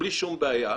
בלי שום בעיה,